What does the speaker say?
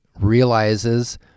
realizes